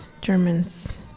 Germans